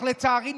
אך לצערי,